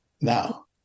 Now